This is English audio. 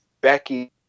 Becky